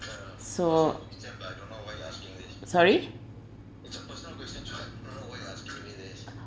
so sorry